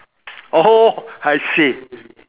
oh I see